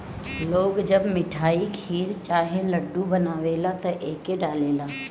लोग जब मिठाई, खीर चाहे लड्डू बनावेला त एके डालेला